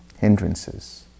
Hindrances